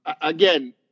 Again